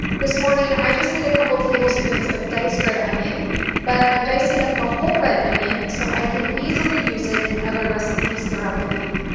this morning, i just need a couple tablespoons of diced red onion but i'm dicing up the whole red onion so i can easily use it in other recipes throughout the week.